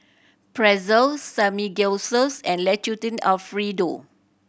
Pretzel Samgeyopsals and Alfredo